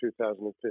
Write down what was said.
2015